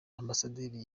ambasaderi